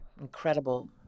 incredible